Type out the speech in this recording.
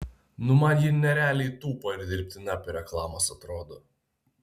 nu man ji nerealiai tupa ir dirbtina per reklamas atrodo